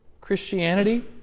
Christianity